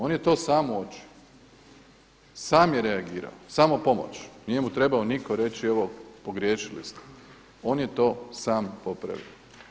On je to sam uočio, sam je reagirao, samopomoć, nije mu trebao nitko reći evo pogriješili ste, on je to sam popravio.